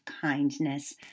kindness